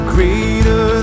Greater